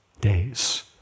days